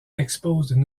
exposent